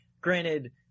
granted